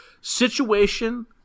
situation